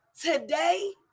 today